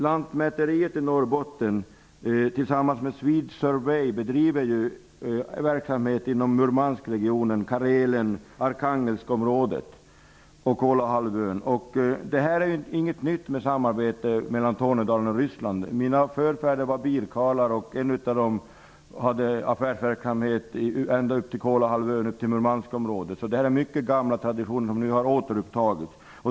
Lantmäteriet i Norrbotten bedriver tillsammans med Swede Survey verksamhet i Samarbetet mellan Tornedalen och Ryssland är inte något nytt. Mina förfäder var birkarlar. En av dem hade affärsverksamhet inom ett område som sträckte sig ända upp till Kolahalvön och Murmanskområdet. Det är alltså mycket gamla traditioner som nu har återupptagits.